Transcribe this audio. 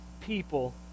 people